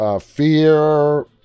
Fear